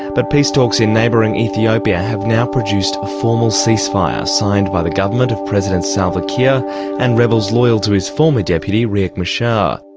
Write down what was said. but peace talks in neighbouring ethiopia have now produced a formal ceasefire, signed by the government of president salva kiir and rebels loyal to his former deputy riek machar. ah